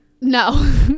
No